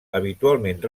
habitualment